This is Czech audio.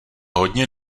hodně